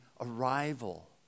arrival